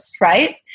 right